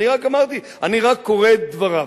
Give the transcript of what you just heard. אני רק קורא את דבריו.